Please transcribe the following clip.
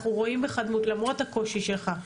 אנחנו רואים בך דמות למרות הקושי שלך,